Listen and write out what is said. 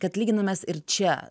kad lyginamės ir čia